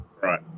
Right